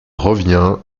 revient